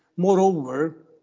Moreover